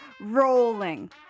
Rolling